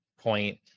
point